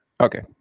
Okay